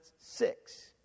six